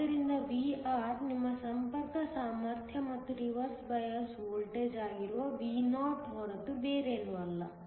ಆದ್ದರಿಂದ Vr ನಿಮ್ಮ ಸಂಪರ್ಕ ಸಾಮರ್ಥ್ಯ ಮತ್ತು ರಿವರ್ಸ್ ಬಯಾಸ್ ವೋಲ್ಟೇಜ್ ಆಗಿರುವ Vo ಹೊರತು ಬೇರೇನೂ ಅಲ್ಲ